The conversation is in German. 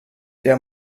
der